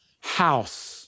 house